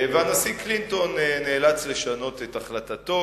והנשיא קלינטון נאלץ לשנות את החלטתו,